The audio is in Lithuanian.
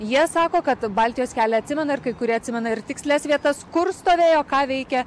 jie sako kad baltijos kelią atsimena ir kai kurie atsimena ir tikslias vietas kur stovėjo ką veikė